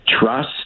trust